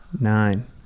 nine